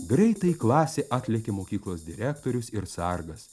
greitai į klasę atlėkė mokyklos direktorius ir sargas